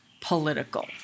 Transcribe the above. political